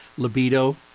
libido